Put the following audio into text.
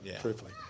truthfully